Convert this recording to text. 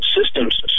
systems